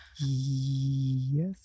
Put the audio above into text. Yes